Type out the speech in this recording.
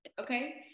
okay